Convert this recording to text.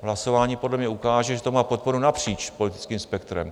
Hlasování podle mě ukáže, že to má podporu napříč politickým spektrem.